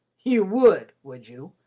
you would, would you?